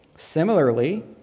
similarly